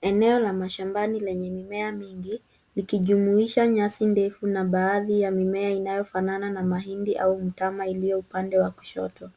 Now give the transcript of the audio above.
Eneo la mashambani lenye mimea mingi likijumuisha nyasi ndefu na baadhi ya mimea inayofanana na mahindi au mtama iliyo upande wa kushoto.